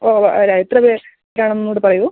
ഓ ഓ അല്ല എത്രപേർ ഒന്ന് കൂടി പറയുമോ